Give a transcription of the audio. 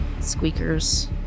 Squeakers